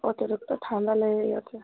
অতিরিক্ত ঠান্ডা লেগে গেছে